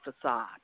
facade